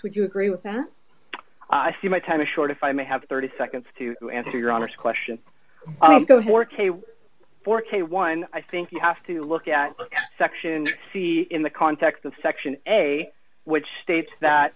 would you agree with that i see my time is short if i may have thirty seconds to answer your honor's question cohort four k one i think you have to look at section c in the context of section eight which states that